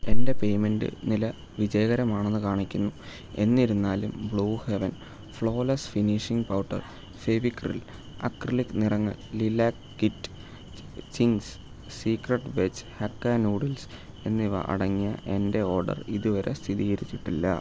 എന്റെ പേയ്മെൻറ് നില വിജയകരമാണെന്ന് കാണിക്കുന്നു എന്നിരുന്നാലും Blue Heaven flawless finishing powder Fevicryl acrylic നിറങ്ങൾ lilac kit Ching's Secret veg hakka noodles എന്നിവ അടങ്ങിയ എന്റെ ഓർഡർ ഇതുവരെ സ്ഥിരീകരിച്ചിട്ടില്ല